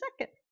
second